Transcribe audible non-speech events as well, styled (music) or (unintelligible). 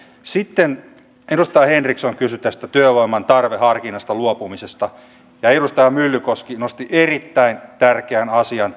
sitten edustaja henriksson kysyi tästä työvoiman tarveharkinnasta luopumisesta ja edustaja myllykoski nosti erittäin tärkeän asian (unintelligible)